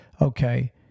okay